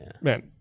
man